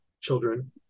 children